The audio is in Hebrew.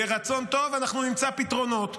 ברצון טוב אנחנו נמצא פתרונות.